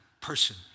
person